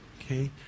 okay